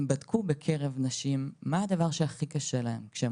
הם בדקו בקרב הנשים מה הדבר שהכי קשה להן כשהן